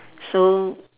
so